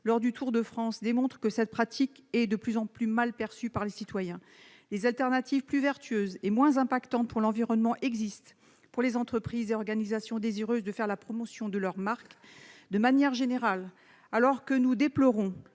lors du Tour de France démontre que cette pratique est de plus en plus mal perçue par les citoyens. Des solutions de rechange plus vertueuses et aux impacts moindres pour l'environnement existent pour les entreprises et organisations désireuses de faire la promotion de leur marque. De manière générale, alors que nous déplorons